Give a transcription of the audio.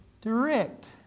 direct